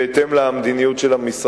ביתר-עילית,